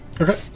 Okay